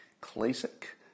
Classic